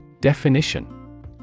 Definition